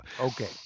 Okay